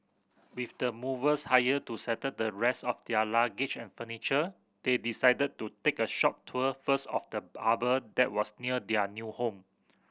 with the movers hired to settle the rest of their luggage and furniture they decided to take a short tour first of the that was near their new home